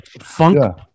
funk